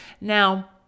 Now